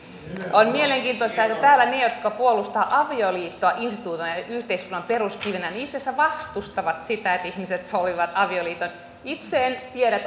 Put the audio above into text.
on mielenkiintoista että täällä ne jotka puolustavat avioliittoa instituutiona ja yhteiskunnan peruskivenä itse asiassa vastustavat sitä että ihmiset solmivat avioliiton itse en tiedä